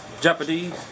Japanese